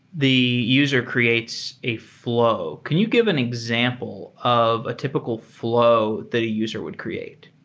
the user creates a fl ow. can you give an example of a typical fl ow that a user would create?